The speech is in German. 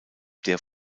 der